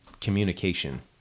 communication